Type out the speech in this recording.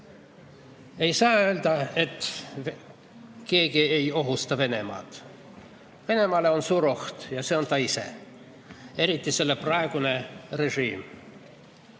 Ei saa öelda, et keegi ei ohusta Venemaad. Venemaale on suur oht ja see on ta ise, eriti selle praegune režiim.